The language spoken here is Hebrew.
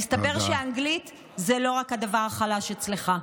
מסתבר שלא רק האנגלית זה הדבר החלש אצלך.